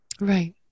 right